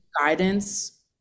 guidance